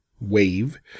Wave